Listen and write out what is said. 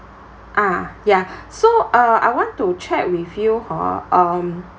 ah yeah so uh I want to check with you hor um